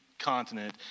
Continent